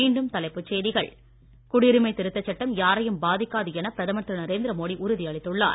மீண்டும் தலைப்புச் செய்திகள் குடியுரிமை திருத்த சட்டம் யாரையும் பாதிக்காது என பிரதமர் திரு நரேந்திர மோடி உறுதி அளித்துள்ளார்